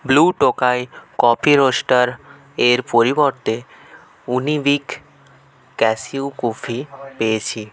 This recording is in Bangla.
ব্লু টোকাই কফি রোস্টার এর পরিবর্তে উনিবিক ক্যাশিউ কুকি পেয়েছি